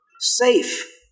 safe